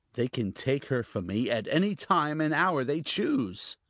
they can take her from me at any time and hour they choose.